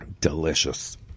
Delicious